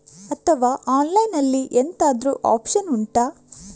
ಅಥವಾ ಆನ್ಲೈನ್ ಅಲ್ಲಿ ಎಂತಾದ್ರೂ ಒಪ್ಶನ್ ಉಂಟಾ